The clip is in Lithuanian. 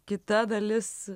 kita dalis